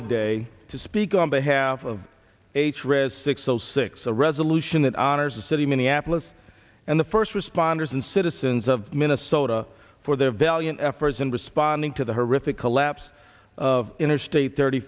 today to speak on behalf of a frist six o six a resolution that honors the city of minneapolis and the first responders and citizens of minnesota for their valiant efforts in responding to the horrific collapse of interstate thirty